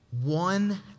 One